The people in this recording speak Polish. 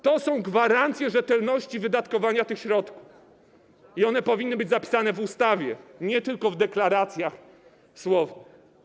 To są gwarancje rzetelności wydatkowania tych środków i one powinny być zapisane w ustawie, nie tylko pozostać jako deklaracje słowne.